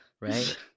Right